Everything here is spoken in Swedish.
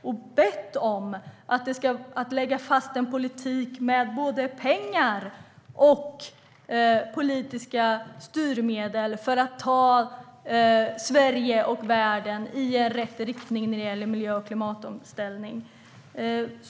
De har bett att man ska lägga fast en politik med både pengar och politiska styrmedel, för att ta Sverige och världen i rätt riktning när det gäller miljö och klimatomställning.